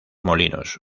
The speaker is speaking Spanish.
molinos